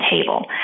table